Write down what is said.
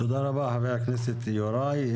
תודה רבה, חבר הכנסת יוראי.